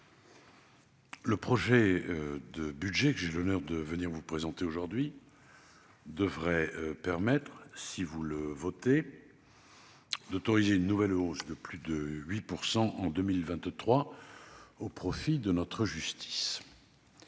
le projet de budget que j'ai l'honneur de vous présenter aujourd'hui devrait permettre, si vous le votez, une nouvelle hausse de plus de 8 % en 2023 au profit de notre justice.